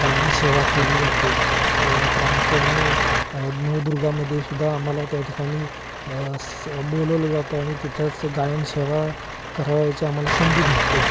गायनसेवा केली जाते प्रामुख्याने नवदुर्गामध्ये सुद्धा आम्हाला त्या ठिकाणी स बोलवलं जातं आणि तिथंच गायनसेवा करावयाची आम्हाला संधी भेटते